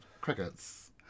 crickets